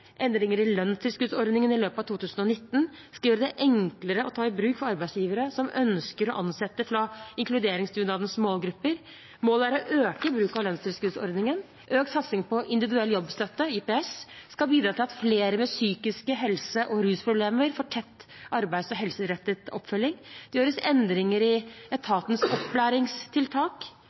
Endringer i lønnstilskuddsordningen i løpet av 2019 skal gjøre den enklere å ta i bruk for arbeidsgivere som ønsker å ansette fra inkluderingsdugnadens målgrupper. Målet er å øke bruken av lønnstilskuddsordningen. Økt satsing på individuell jobbstøtte, IPS, skal bidra til at flere med psykiske helse- og rusproblemer får tett arbeids- og helserettet oppfølging. Det gjøres endringer i etatens opplæringstiltak